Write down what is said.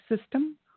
system